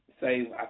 say